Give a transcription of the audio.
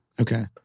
Okay